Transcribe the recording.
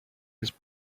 his